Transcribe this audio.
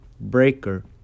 Breaker